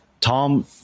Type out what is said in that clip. Tom